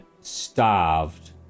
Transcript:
starved